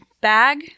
bag